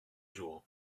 jours